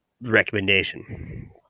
recommendation